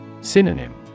Synonym